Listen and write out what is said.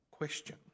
question